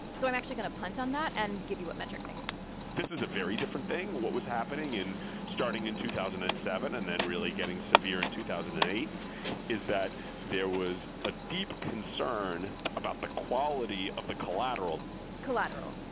so i'm actually going to punt on that and give you what metrick thinks this is a very different thing. what was happening in starting in two thousand and seven and then really getting severe in two thousand and eight is that there was a deep concern about the but quality of the collateral collateral.